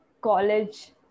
college